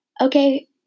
Okay